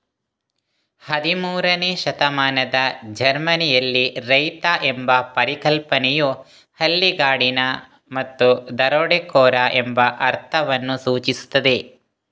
ಹದಿಮೂರನೇ ಶತಮಾನದ ಜರ್ಮನಿಯಲ್ಲಿ, ರೈತ ಎಂಬ ಪರಿಕಲ್ಪನೆಯು ಹಳ್ಳಿಗಾಡಿನ ಮತ್ತು ದರೋಡೆಕೋರ ಎಂಬ ಅರ್ಥವನ್ನು ಸೂಚಿಸುತ್ತದೆ